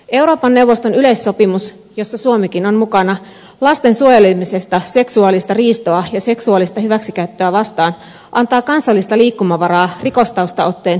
euroopan neuvoston yleissopimus jossa suomikin on mukana lasten suojelemisesta seksuaalista riistoa ja seksuaalista hyväksikäyttöä vastaan antaa kansallista liikkumavaraa rikostaustaotteen esittämiskäytännöissä